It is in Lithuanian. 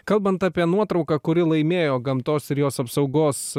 kalbant apie nuotrauką kuri laimėjo gamtos ir jos apsaugos